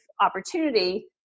opportunity